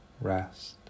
rest